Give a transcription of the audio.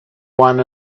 one